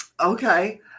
Okay